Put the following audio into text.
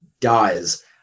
Dies